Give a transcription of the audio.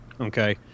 okay